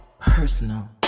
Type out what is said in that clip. personal